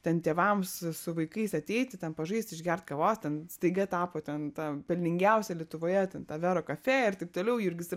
ten tėvams su vaikais ateiti ten pažaist išgert kavos ten staiga tapo ten ta pelningiausia lietuvoje ten ta vero kafe ir taip toliau jurgis ir